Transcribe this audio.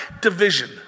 division